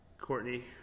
Courtney